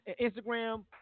Instagram